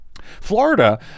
Florida